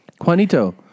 Juanito